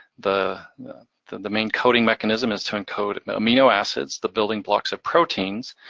the the main coding mechanism is to encode amino acids, the building blocks of proteins.